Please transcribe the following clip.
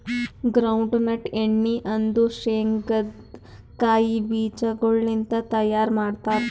ground nut ಎಣ್ಣಿ ಅಂದುರ್ ಶೇಂಗದ್ ಕಾಯಿ ಬೀಜಗೊಳ್ ಲಿಂತ್ ತೈಯಾರ್ ಮಾಡ್ತಾರ್